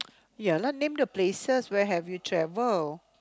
ya lah name the places where have you travel